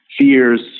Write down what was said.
fears